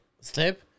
step